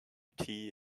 tea